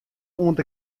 oant